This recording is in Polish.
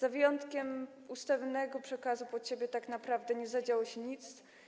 Z wyjątkiem ustawionego przekazu pod siebie tak naprawdę nie zadziało się tu nic.